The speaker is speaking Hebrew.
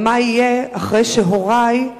אבל מה יהיה אחרי שהורי,